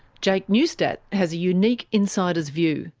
jake newstadt has a unique insider's view.